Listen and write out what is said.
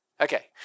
okay